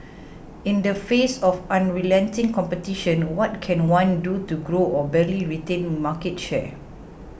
in the face of unrelenting competition what can one do to grow or barely retain market share